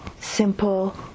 simple